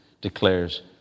declares